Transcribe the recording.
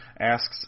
asks